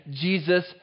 Jesus